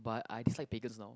but I dislike Pegan's now